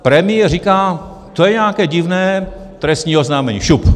Premiér říká: To je nějaké divné, trestní oznámení, šup.